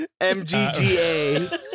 MGGA